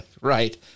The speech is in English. Right